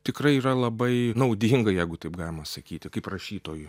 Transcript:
tikrai yra labai naudinga jeigu taip galima sakyti kaip rašytojui